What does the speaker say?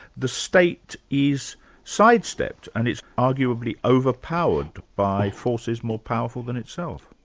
the state is sidestepped, and it's arguably overpowered by forces more powerful than itself.